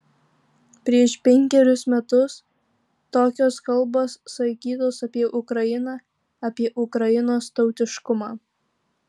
prieš penkerius metus tokios kalbos sakytos apie ukrainą apie ukrainos tautiškumą